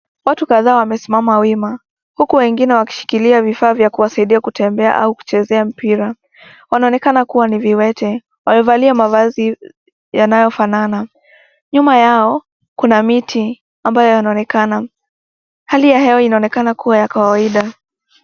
Watu kadhaa wamesimama wima, huku wengine wakishikilia vifaa vya kuwasaidia kutembea, au kuchezea mpira, wanaonekana kuwa ni viwete, wamevalia mavazi yanayofanana, nyuma yao kuna miti ambayo yanaonekana, hali ya hewa inaonekana kuwa ya kwaida.